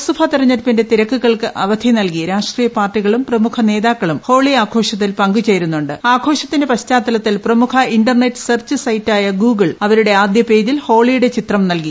ലോക്സഭ തിരഞ്ഞെടുപ്പിന്റെ തിരക്കുകൾക്ക് അവധി നൽകി രാഷ്ട്രിയ പാർടികളും പ്രമുഖ നേതാക്കളും ഹോളി ആഘോഷത്തിൽ പങ്ക് ചേരുന്നുണ്ട് ആഘോഷത്തിന്റെ പശ്ചാത്തലത്തിൽ പ്രമുഖ ഇന്റർനെറ്റ് സെർച്ച് സൈറ്റായ ഗൂഗിൾ അവരുടെ ഡ്യൂഡിൽ ഹോളിയുടെ ചിത്രം നൽകി